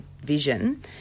vision